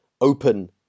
open